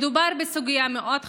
מדובר בסוגיה מאוד חמורה,